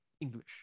English